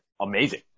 Amazing